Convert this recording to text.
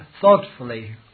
thoughtfully